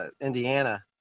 Indiana